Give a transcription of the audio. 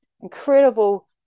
incredible